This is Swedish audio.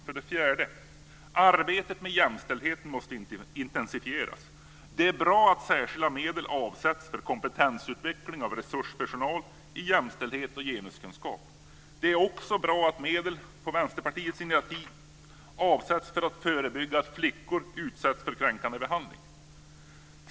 För det fjärde måste arbetet med jämställdheten intensifieras. Det är bra att särskilda medel avsätts för kompetensutveckling av resurspersonal i jämställdhets och genuskunskap. Det är också bra att medel, på Vänsterpartiets initiativ, avsätts för att förebygga att flickor utsätts för kränkande behandling.